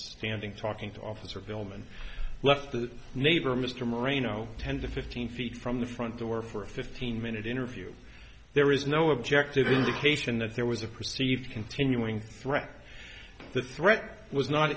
standing talking to officer filmon left the neighbor mr moreno ten to fifteen feet from the front door for a fifteen minute interview there is no objective indication that there was a perceived continuing threat the threat was not